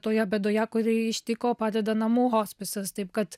toje bėdoje kuri ištiko padeda namų hospisas taip kad